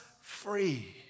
free